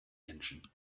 menschen